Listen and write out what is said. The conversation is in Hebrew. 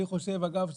אגב,